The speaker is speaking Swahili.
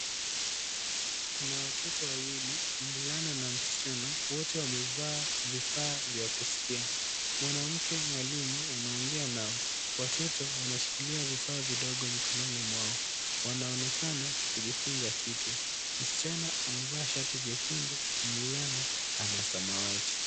Kuna watoto wawili mvulana na msichana wote wamevaa vifaa vya kuskia. Mwanamke mwalimu anaongea nao. Watoto wanashikilia vifaa vidogo mikononi mwao. Wanaonekana kujifunza kitu, msichana amevaa shati jekundu mvulana ana samawati.